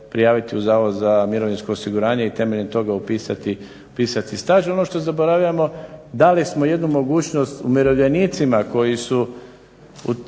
prijaviti u Zavod za mirovinsko osiguranje i temeljem toga upisati staž. Ono što zaboravljamo dali smo jednu mogućnost umirovljenicima koji su